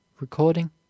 Recording